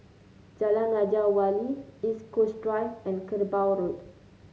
Jalan Raja Wali East Coast Drive and Kerbau Road